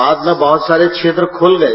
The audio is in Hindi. बाद में बहुत सारे क्षेत्र खुल गए